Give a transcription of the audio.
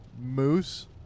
moose